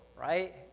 right